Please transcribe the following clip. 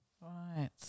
right